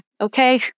okay